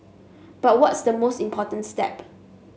but what's the most important step